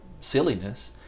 silliness